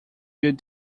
built